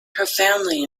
profoundly